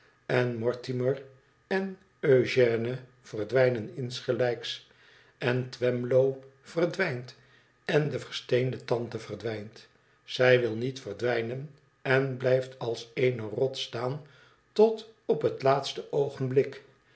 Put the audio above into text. en mortimer en ëugène verdwijnen insgelijks en twemlow verdwijnt en de versteende tante verdwijnt zij wil niet verdwijnen en blijft als eene rots staan tot op het laatste oogenblik